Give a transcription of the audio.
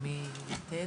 מגיעים אלינו,